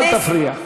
אל תפריע.